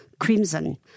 crimson